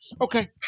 okay